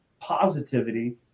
positivity